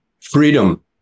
Freedom